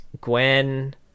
Gwen